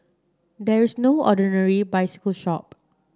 there is no ordinary bicycle shop